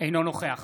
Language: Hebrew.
אינו נוכח